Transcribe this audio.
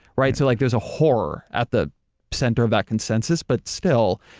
right? so like there's a horror at the center of that consensus but still,